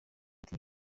ati